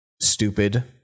stupid